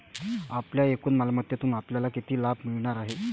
आपल्या एकूण मालमत्तेतून आपल्याला किती लाभ मिळणार आहे?